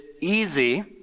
easy